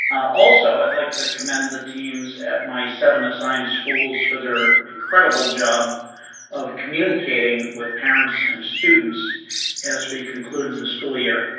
also, i'd like to commend the teams at my seven assigned schools for their incredible job of communicating with parents and students as we concluded the school year.